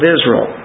Israel